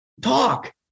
talk